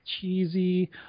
cheesy